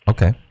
Okay